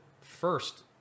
first